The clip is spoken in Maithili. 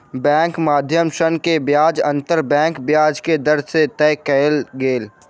बैंकक मध्य ऋण के ब्याज अंतर बैंक ब्याज के दर से तय कयल गेल